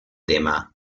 tema